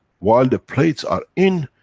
while the plates are in,